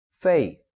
faith